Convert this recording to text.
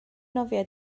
nofio